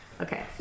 okay